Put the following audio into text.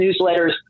newsletters